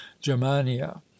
germania